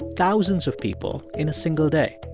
thousands of people in a single day.